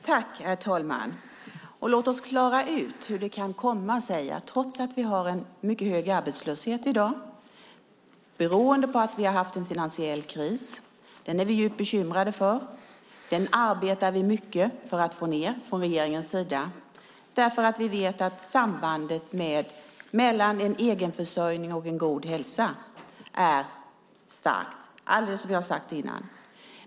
Herr talman! Låt oss klara ut några saker. Vi har en hög arbetslöshet i dag som beror på att vi har haft en finansiell kris - den är vi djupt bekymrade över och arbetar mycket från regeringens sida för att få ned, för vi vet att sambandet mellan egenförsörjning och god hälsa är starkt, precis som jag har sagt tidigare.